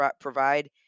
provide